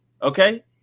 okay